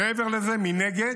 מעבר לזה, מנגד,